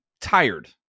tired